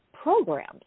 programs